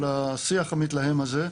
של השיח המתלהם הזה.